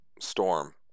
storm